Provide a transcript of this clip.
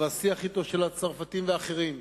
והשיח אתו של הצרפתים והאחרים,